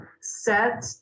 set